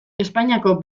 espainiako